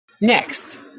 Next